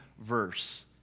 verse